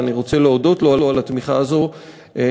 ואני רוצה להודות על התמיכה הזאת,